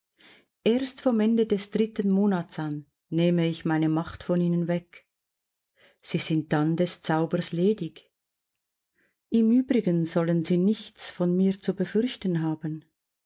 erst vom ende des dritten monats an nehme ich meine macht von ihnen weg sie sind dann des zaubers ledig im übrigen sollen sie nichts von mir zu befürchten haben